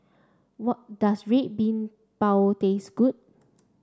what does red bean bao taste good